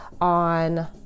on